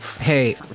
Hey